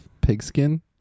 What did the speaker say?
pigskin